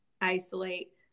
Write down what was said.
isolate